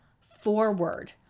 forward